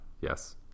Yes